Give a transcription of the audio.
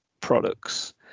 products